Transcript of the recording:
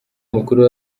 mukuru